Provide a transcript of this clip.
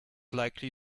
likely